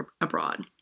abroad